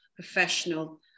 professional